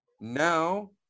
Now